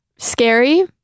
scary